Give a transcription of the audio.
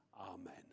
Amen